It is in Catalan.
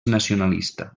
nacionalista